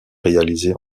réalisée